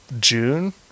June